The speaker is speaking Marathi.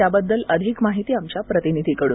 त्याबद्दल अधिक माहिती आमच्या प्रतिनिधीकडून